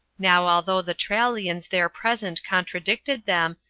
now although the trallians there present contradicted them,